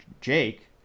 Jake